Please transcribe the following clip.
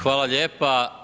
Hvala lijepa.